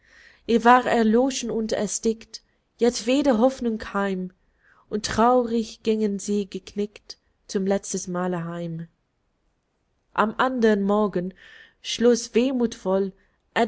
ihr war erloschen und erstickt jedweder hoffnung keim und traurig gingen sie geknickt zum letzten male heim am andern morgen schloß wehmuthvoll